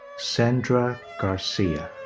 sandra garcia.